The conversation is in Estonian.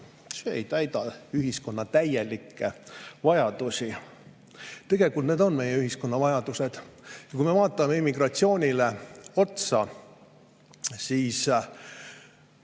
täielikult ühiskonna [kõiki] vajadusi. Tegelikult need on meie ühiskonna vajadused. Ja kui me vaatame immigratsioonile otsa, siis